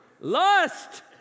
Lust